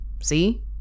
See